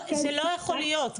זה לא יכול להיות,